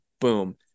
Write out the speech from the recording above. boom